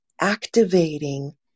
activating